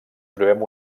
trobem